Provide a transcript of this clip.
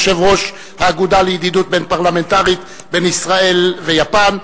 יושב-ראש אגודת הידידות הבין-פרלמנטרית ישראל יפן.